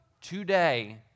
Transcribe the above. today